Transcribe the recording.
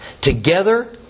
Together